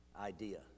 idea